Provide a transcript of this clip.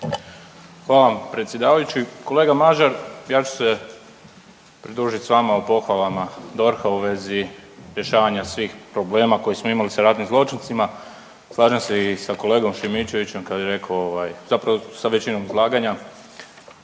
Hvala vam predsjedavajući. Kolega Mažar, ja ću se pridružit vama u pohvalama DORH-a u vezi rješavanja svih problema koje smo imali sa ratnim zločincima, slažem se i sa kolegom Šimičevićem kad je rekao zapravo sa većinom izlaganja.